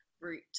route